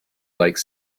like